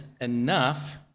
enough